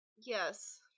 yes